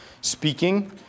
speaking